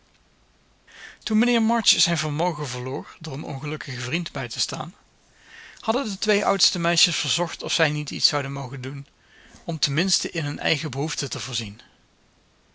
toen mijnheer march zijn vermogen verloor door een ongelukkigen vriend bij te staan hadden de twee oudste meisjes verzocht of zij niet iets zouden mogen doen om tenminste in hun eigen behoeften te voorzien